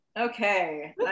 Okay